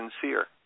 sincere